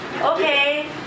okay